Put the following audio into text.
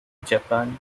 japan